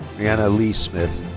rianna leigh smith.